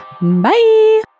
Bye